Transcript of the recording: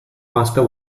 master